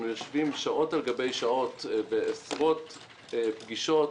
יושבים שעות על גבי שעות בעשרות פגישות